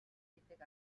гэдэг